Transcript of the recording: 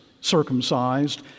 circumcised